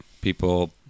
people